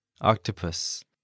Octopus